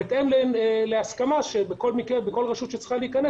בהתאם להסכמה שבכל מקרה בכל רשות שצריכה להיכנס,